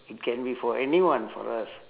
it can be for anyone for us